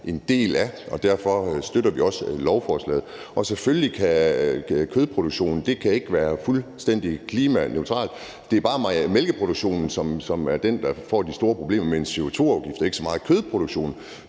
en del af, og derfor støtter vi også lovforslaget. Og selvfølgelig kan kødproduktion ikke være fuldstændig klimaneutral. Det er bare mælkeproduktionen, som er den, der får de store problemer med en CO2-afgift, og ikke så meget kødproduktionen.